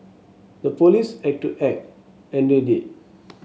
the police had to act and they did